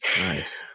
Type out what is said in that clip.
nice